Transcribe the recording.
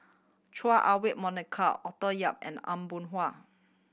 Chua Ah Huwa Monica Arthur Yap and Aw Boon Haw